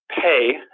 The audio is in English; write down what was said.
pay